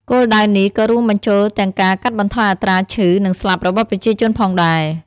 គោលដៅនេះក៏រួមបញ្ចូលទាំងការកាត់បន្ថយអត្រាឈឺនិងស្លាប់របស់ប្រជាជនផងដែរ។